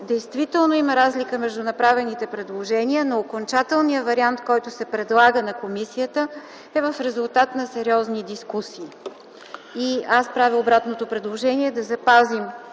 Действително има разлика между направените предложения, но окончателният вариант, който се предлага на комисията, е в резултат на сериозни дискусии. Аз правя обратното предложение – да запазим